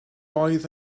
oedd